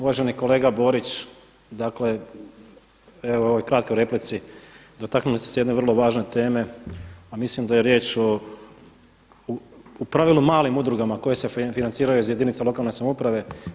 Uvaženi kolega Borić, dakle evo u ovoj kratkoj replici dotaknuli ste se jedne vrlo važne teme, a mislim da je riječ o u pravilu malim udrugama koje se financiraju iz jedinica lokalne samouprave.